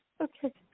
Okay